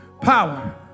Power